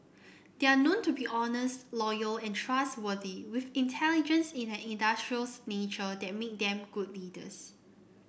they are known to be honest loyal and trustworthy with intelligence and an industrious nature that make them good leaders